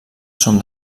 són